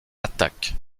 attaquent